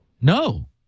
No